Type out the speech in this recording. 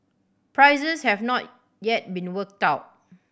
prices have not yet been worked out